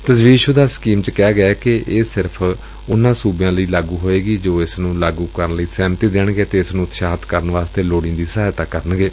ਤਜਵੀਜ਼ਸੁਦਾ scheme ਵਿਚ ਕਿਹਾ ਗੈ ਕਿ ਇਹ ਸਿਰਫ ਉਨਾਂ ਸੁਬਿਆਂ ਲਈ ਲਾਗੁ ਹੋਵੇਗੀ ਜੋ ਇਸ ਨੂੰ ਲਾਗੁ ਕਰਨ ਲਈ ਸਹਿਮਤੀ ਦੇਣਗੇ ਅਤੇ ਇਸ ਨੂੰ ਉਤਸ਼ਾਹਿਤ ਕਰਨ ਲਈ ਲੋੜੀਂਦੀ ਸਹਾਇਤਾ ਕਰਨਗੇ